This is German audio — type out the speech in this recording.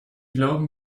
glauben